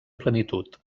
plenitud